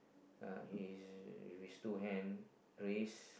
uh he is with his two hand raised